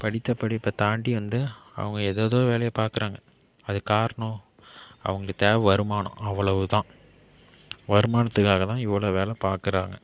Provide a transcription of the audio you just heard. படித்த படிப்பை தாண்டி வந்து அவங்க ஏதேதோ வேலையை பார்க்குறாங்க அதுக்கு காரணம் அவங்களுக்கு தேவை வருமானம் அவ்வளவுதான் வருமானத்துக்காக தான் இவ்வளோ வேலை பார்க்குறாங்க